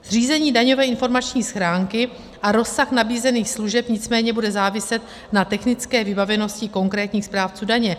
Zřízení daňové informační schránky a rozsah nabízených služeb nicméně bude záviset na technické vybavenosti konkrétních správců daně.